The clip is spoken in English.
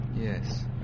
Yes